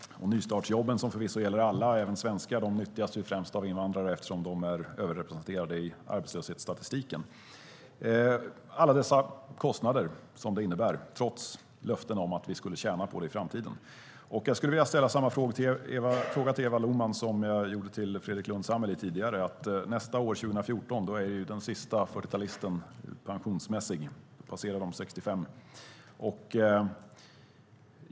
Nystartsjobben, som förvisso gäller alla, även svenskar, nyttjas ju främst av invandrare eftersom de är överrepresenterade i arbetslöshetsstatistiken. Det innebär alla dessa kostnader, trots löften om att vi skulle tjäna på det i framtiden. Jag skulle vilja ställa samma fråga till Eva Lohman som jag gjorde till Fredrik Lundh Sammeli tidigare. Nästa år, 2014, är den sista 40-talisten pensionsmässig. Då passerar de 65.